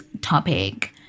topic